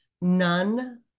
none